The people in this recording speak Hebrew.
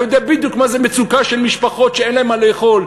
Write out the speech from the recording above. אתה יודע בדיוק מה זה מצוקה של משפחות שאין להן מה לאכול.